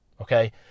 Okay